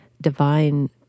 divine